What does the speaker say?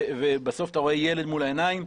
ובסוף אתה רואה ילד מול העיניים,